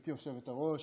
גברתי היושבת-ראש,